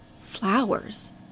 flowers